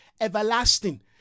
everlasting